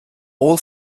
all